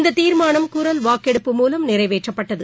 இந்ததீர்மானம் குரல் வாக்கெடுப்பு மூலம் நிறைவேற்றப்பட்டது